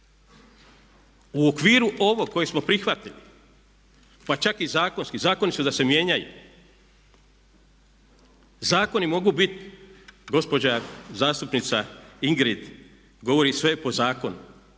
U okviru ovog kojeg smo prihvatili, pa čak i zakonski zakoni su da se mijenjaju, zakoni mogu bit, gospođa zastupnica Ingrid govori sve je po zakonu,